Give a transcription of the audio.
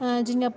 जियां